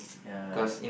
ya